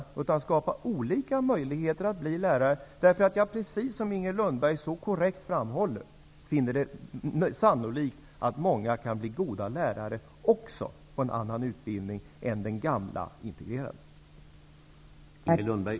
Jag vill skapa olika möjligheter att bli lärare. Precis som Inger Lundberg så korrekt framhåller, finner jag det sannolikt att många kan bli goda lärare också med hjälp av en annan utbildning än den gamla integrerade utbildningen.